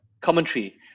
commentary